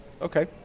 okay